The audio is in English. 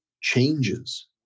changes